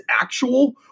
actual